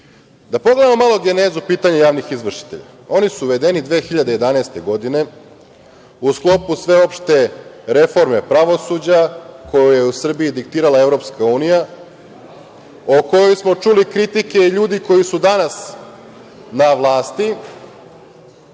pogledamo malo genezu pitanja javnih izvršitelja. Oni su uvedeni 2011. godine u sklopu sveopšte reforme pravosuđa koju je u Srbiji diktirala EU, o kojoj smo čuli kritike ljudi koji su danas na vlasti,